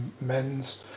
men's